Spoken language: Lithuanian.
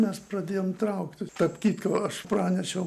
mes pradėjom traukti tarp kitko aš pranešiau